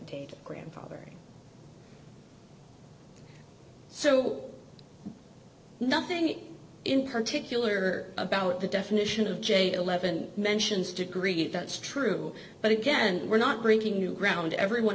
a grandfather so nothing in particular about the definition of j eleven mentions degree that's true but again we're not breaking new ground everyone